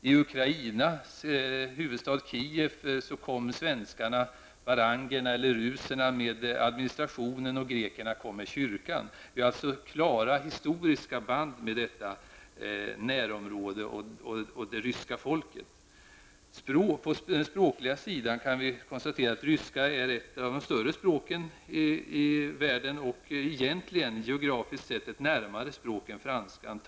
Till Ukrainas Kiev huvudstad kom svenskarna, varjagerna, eller rusarna, med administration och grekerna med kyrka. Vi har alltså klara historiska band med detta närområde och det ryska folket. På den språkliga sidan kan vi konstatera att ryskan är ett av de större språken i världen. Egentligen är ryskan geografiskt sett ett närmare språk än franskan.